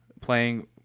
playing